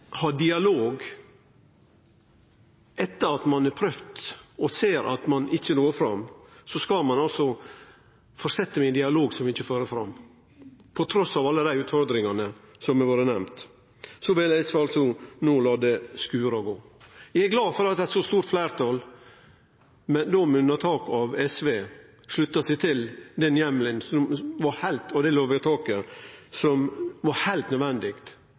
ha dialog. Etter at ein har prøvd og ser at ein ikkje når fram, skal ein altså fortsetje med ein dialog som ikkje fører fram. Trass alle dei utfordringane som har vore nemnde, vil SV no late det skure og gå. Eg er glad for at eit så stort fleirtal, då med unnatak av SV, sluttar seg til den heimelen og det lovvedtaket som var heilt nødvendig